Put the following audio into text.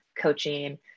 coaching